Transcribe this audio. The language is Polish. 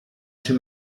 czy